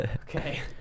Okay